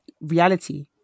reality